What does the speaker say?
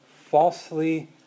falsely